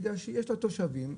בגלל שיש לה תושבים.